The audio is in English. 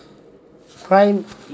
crime